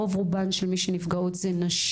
רוב רובן של מי שנפגעות זה נשים.